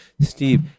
Steve